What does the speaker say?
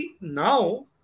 now